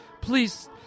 please